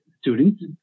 students